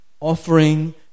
offering